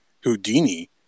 Houdini